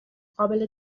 قابل